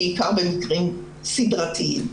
בעיקר במקרים סדרתיים.